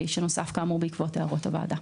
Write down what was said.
שנוסף בעקבות הערות הוועדה.